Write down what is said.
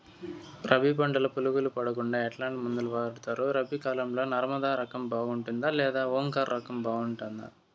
రబి పంటల పులుగులు పడకుండా ఎట్లాంటి మందులు వాడుతారు? రబీ కాలం లో నర్మదా రకం బాగుంటుందా లేదా ఓంకార్ రకం బాగుంటుందా?